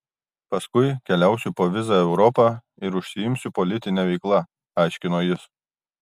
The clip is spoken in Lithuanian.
paskui keliausiu po vizą europą ir užsiimsiu politine veikla aiškino jis